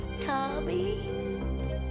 Tommy